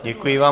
Děkuji vám.